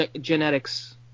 genetics